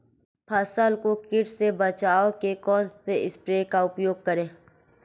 फसल को कीट से बचाव के कौनसे स्प्रे का प्रयोग करें?